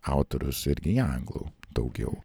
autorius irgi į anglų daugiau